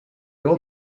old